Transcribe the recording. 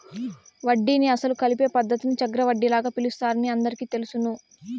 వడ్డీని అసలు కలిపే పద్ధతిని చక్రవడ్డీగా పిలుస్తారని అందరికీ తెలుసును